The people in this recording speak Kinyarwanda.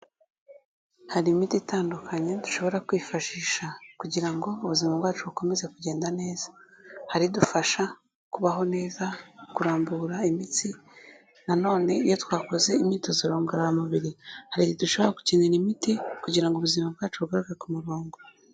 Hari imiti itandukanye dushobora kwifashisha kugira ngo ubuzima bwacu bukomeze kugenda neza, hari idufasha kubaho neza, kurambura imitsi nanone iyo twakoze imyitozo ngororamubiri, hari igihe dushobora gukenera imiti kugira ngo ubuzima bwacu bugaruke ku murongo.